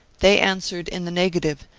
they answered in the negative,